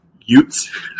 Utes